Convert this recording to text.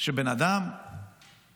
שבן אדם נורמטיבי,